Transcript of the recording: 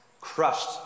crushed